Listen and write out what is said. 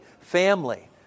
Family